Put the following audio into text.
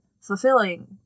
fulfilling